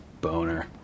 boner